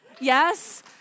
Yes